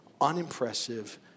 unimpressive